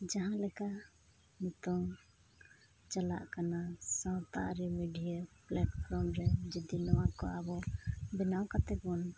ᱡᱟᱦᱟᱸᱞᱮᱠᱟ ᱱᱤᱛᱳᱝ ᱪᱟᱞᱟᱜ ᱠᱟᱱᱟ ᱥᱟᱶᱛᱟ ᱟᱹᱨᱤ ᱢᱤᱰᱤᱭᱟ ᱯᱞᱟᱴᱯᱷᱚᱨᱚᱢ ᱨᱮ ᱡᱩᱫᱤ ᱱᱚᱣᱟᱠᱚ ᱟᱵᱚ ᱵᱮᱱᱟᱣ ᱠᱟᱛᱮᱫᱵᱚᱱ